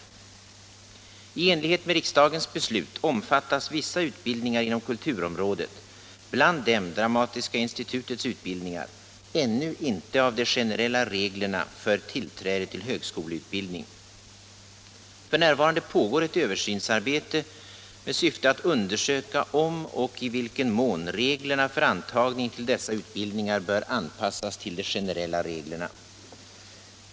I enlighet med riksdagens beslut omfattas vissa utbildningar inom kulturområdet, bland dem Dramatiska institutets utbildningar, ännu inte av de generella reglerna för tillträde till högskoleutbildning. För närvarande pågår ett översynsarbete med syfte att undersöka om och i vilken mån reglerna för antagning till dessa utbildningar bör anpassas till de generella reglerna.